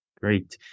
Great